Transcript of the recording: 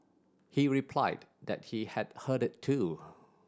he replied that he had heard it too